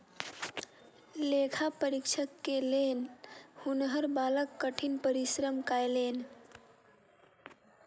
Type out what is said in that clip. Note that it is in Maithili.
लेखा परीक्षक के लेल हुनकर बालक कठिन परिश्रम कयलैन